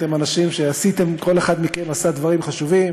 אתם אנשים שעשיתם, כל אחד מכם עשה דברים חשובים.